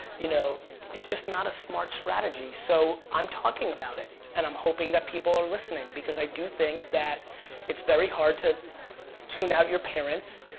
you know is just not a smart strategy. so i'm talking about it, and i'm hoping that people are listening, because i do think that it's very hard to tune out your parents.